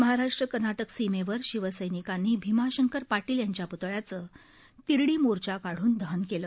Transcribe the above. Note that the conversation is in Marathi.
महाराष्ट कर्नाटक सीमेवर शिवसैनिकांनी भीमाशंकर पाटील यांच्या प्तळ्याचं तिरडी मोर्चा काढून दहन केलं